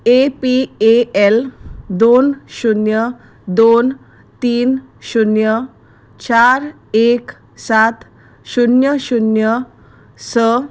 A P A L दोन शुन्य दोन तीन शुन्य चार एक सात शुन्य शुन्य स